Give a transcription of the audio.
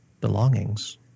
belongings